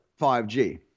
5G